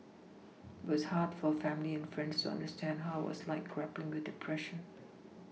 but it's hard for family and friends to understand how it was like grappling with depression